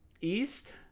East